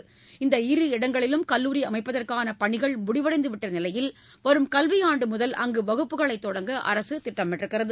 அந்த இரு இடங்களிலும் கல்லூரி அமைப்பதற்கான பணிகள் முடிவடைந்துவிட்ட நிலையில் வரும் கல்வி ஆண்டு முதல் அங்கு வகுப்புகளை தொடங்க அரசு திட்டமிட்டுள்ளது